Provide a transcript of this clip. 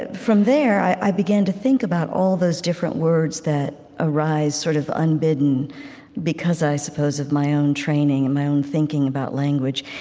from there, i began to think about all those different words that arise sort of unbidden because, i suppose, of my own training and my own thinking about language.